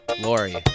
Lori